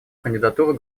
кандидатуру